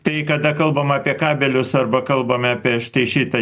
tai kada kalbam apie kabelius arba kalbame apie štai šitą